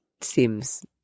seems